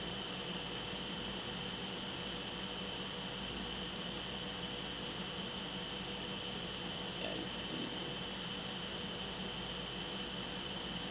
I see